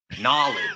Knowledge